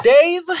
Dave